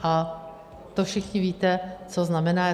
A to všichni víte, co znamená.